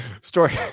story